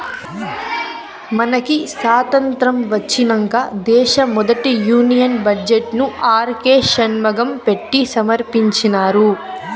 మనకి సాతంత్రం ఒచ్చినంక దేశ మొదటి యూనియన్ బడ్జెట్ ను ఆర్కే షన్మగం పెట్టి సమర్పించినారు